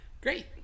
great